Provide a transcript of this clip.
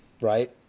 right